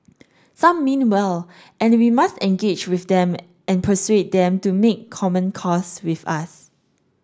some mean well and we must engage with them and persuade them to make common cause with us